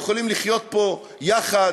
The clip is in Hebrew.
יכולים לחיות פה יחד,